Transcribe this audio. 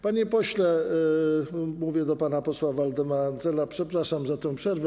Panie pośle - mówię do pana posła Waldemara Andzela - przepraszam za tę przerwę.